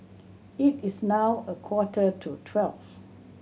it is now a quarter to twelve